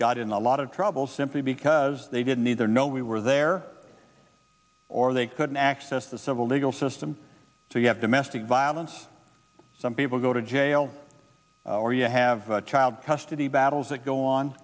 got in a lot of trouble simply because they didn't either know we were there or they couldn't access the civil legal system so you have domestic violence some people go to jail or you have child custody battles that go on